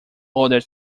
other